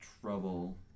trouble